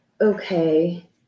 Okay